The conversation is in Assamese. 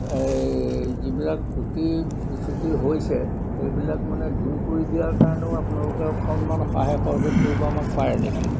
এই যিবিলাক ক্ৰুটি বিচুটি হৈছে এইবিলাক মানে দূৰ কৰি দিয়াৰ কাৰণেও আপোনালোকে অকণমান সহায় সহযোগ কৰিব আমাক পাৰে নেকি